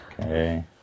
Okay